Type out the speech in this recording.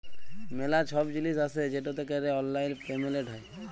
ম্যালা ছব জিলিস আসে যেটতে ক্যরে অললাইল পেমেলট হ্যয়